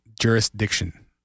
jurisdiction